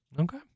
Okay